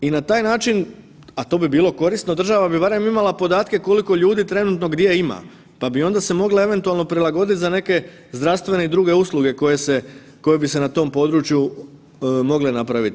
I na taj način, a to bi bilo korisno, država bi barem imala podatke koliko ljudi trenutno gdje ima pa bi onda se mogla eventualno prilagoditi za neke zdravstvene i druge usluge koje bi se na tom području mogle napraviti.